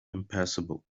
impassable